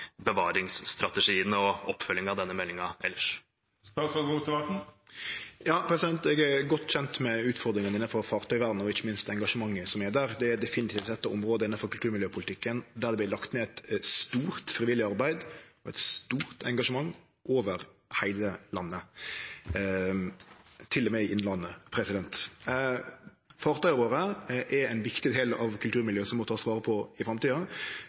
og oppfølgingen av denne meldingen ellers? Eg er godt kjent med utfordringane for fartøyvernet og ikkje minst engasjementet som er der. Det er definitivt eit område innanfor kulturminnepolitikken der det vert lagt ned eit stort frivillig arbeid. Det er eit stort engasjement over heile landet – til og med i innlandet. Fartøya våre er ein viktig del av kulturmiljøet som ein må ta vare på i framtida.